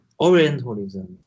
orientalism